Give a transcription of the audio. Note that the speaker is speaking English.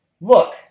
look